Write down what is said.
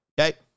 Okay